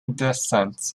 descent